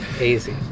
easy